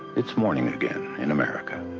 it's morning again in america.